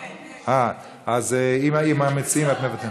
היא מהמציעים.